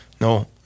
No